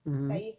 mmhmm